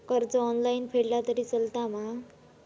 कर्ज ऑनलाइन फेडला तरी चलता मा?